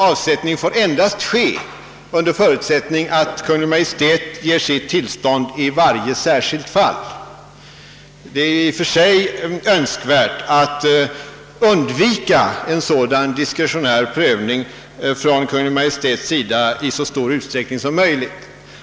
Avsättning får ske endast om Kungl. Maj:t ger sitt tillstånd i varje särskilt fall. Det är önskvärt att i så stor utsträckning som möjligt undvika en sådan diskretionär prövning från Kungl. Maj:ts sida.